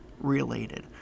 related